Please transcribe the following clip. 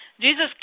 Jesus